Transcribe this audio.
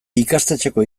ikastetxeko